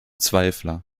zweifler